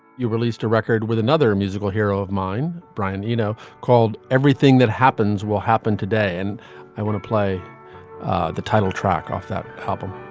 you released a record with another musical hero of mine brian eno you know called everything that happens will happen today and i want to play the title track off that couple.